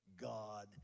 God